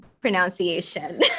pronunciation